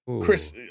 Chris